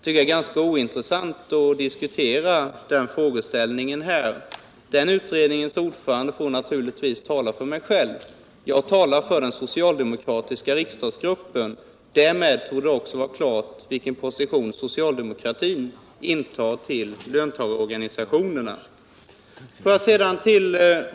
Det är ganska ointressant att diskutera den frågeställningen här; utredningens ordförande får naturligtvis tala för sig själv. Jag talar för den socialdemokratiska riksdagsgruppen. Därmed torde det också vara klargjort vilken position socialdemokratin intar till löntagarorganisationerna.